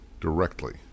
directly